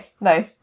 nice